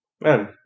man